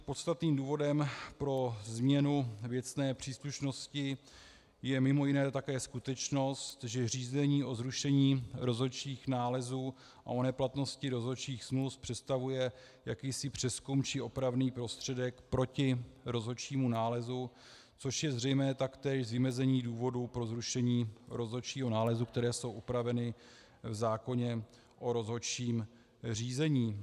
Podstatným důvodem pro změnu věcné příslušnosti je mimo jiné také skutečnost, že řízení o zrušení rozhodčích nálezů a o neplatnosti rozhodčích smluv představuje jakýsi přezkum či opravný prostředek proti rozhodčímu nálezu, což je zřejmé taktéž z vymezení důvodů pro zrušení rozhodčího nálezu, které jsou upraveny v zákoně o rozhodčím řízení.